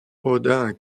odin